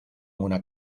una